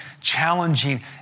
challenging